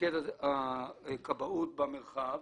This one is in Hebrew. מפקד הכבאות במרחב